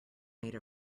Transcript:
made